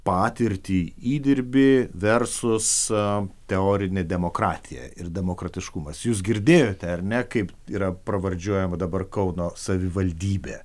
patirtį įdirbį versus teorinė demokratija ir demokratiškumas jūs girdėjote ar ne kaip yra pravardžiuojama dabar kauno savivaldybė